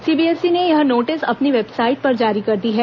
CBSE ने यह notice अपनी वेबसाइट पर जारी कर दी है